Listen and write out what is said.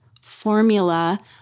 formula